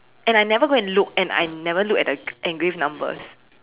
and I never go and look and I never look at the engraved numbers